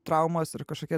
traumos ir kažkokie